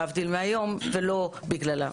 להבדיל מהיום ולא בגללם.